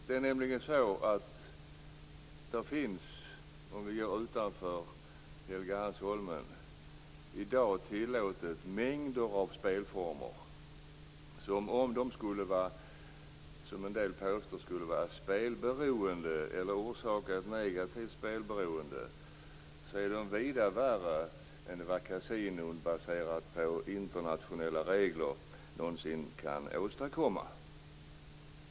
Det är i dag, utanför Helgeandsholmen, tillåtet med mängder av spelformer som i fråga om ett negativt spelberoende är vida värre än vad kasinot baserat på internationella regler någonsin kan åstadkomma.